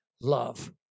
love